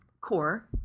core